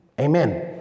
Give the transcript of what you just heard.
Amen